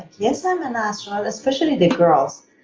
yes. i'm an astronaut. especially the girls.